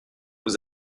vous